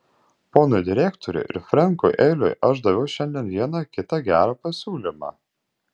ponui direktoriui ir frenkui eliui aš daviau šiandien vieną kitą gerą pasiūlymą